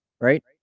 right